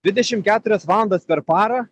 dvidešimt keturias valandas per parą